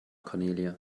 cornelia